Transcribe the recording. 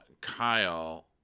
Kyle